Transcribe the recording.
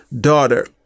daughter